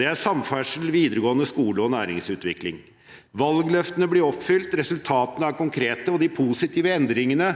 Det er samferdsel, videregående skole og næringsutvikling. Valgløftene blir oppfylt, resultatene er konkrete, og de positive endringene